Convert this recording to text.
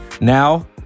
Now